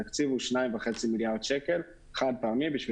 התקציב הוא 2.5 מיליארד שקל חד-פעמי כדי